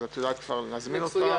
את יודעת כבר להזמין אותם.